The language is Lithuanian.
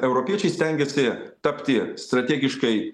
europiečiai stengiasi tapti strategiškai